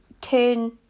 turn